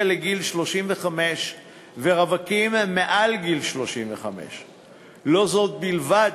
לגיל 35 ורווקים מעל גיל 35. לא זו בלבד,